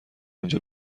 اینجا